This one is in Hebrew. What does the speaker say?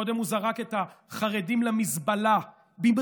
קודם הוא זרק את החרדים למזבלה במריצה,